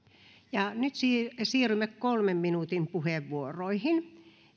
ja nyt siirrymme kolmen minuutin puheenvuoroihin